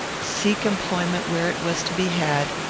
seek employment where it was to be had,